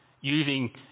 using